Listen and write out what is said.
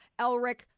Elric